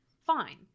fine